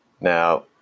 Now